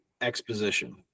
exposition